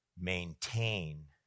maintain